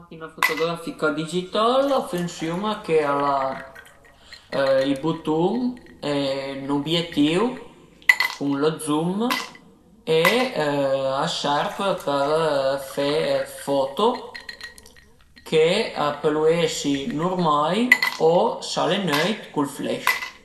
La machina futugrafica digital a funsiuna che al a i butun e ün ubietìu cun lë zoom e a serv për fe dë foto che a pölu esi nurmai o s'al e nöit cul flash